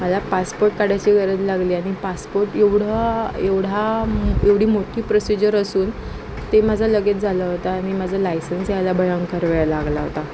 मला पासपोर्ट काढायची गरज लागली आणि पासपोर्ट एवढं एवढा एवढी मोठी प्रोसिजर असून ते माझा लगेच झाला होता आणि माझा लायसन्स यायला भयंकर वेळ लागला होता